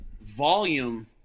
volume